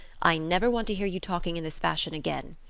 i never want to hear you talking in this fashion again.